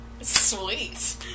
Sweet